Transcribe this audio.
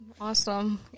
Awesome